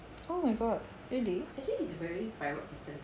oh my god really